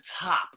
top